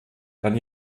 dann